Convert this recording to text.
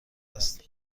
است